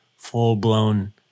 full-blown